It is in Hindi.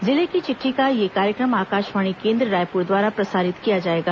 जिले की चिट्ठी का यह कार्यक्रम आकाशवाणी केंद्र रायपुर द्वारा प्रसारित किया जाएगा